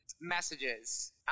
messages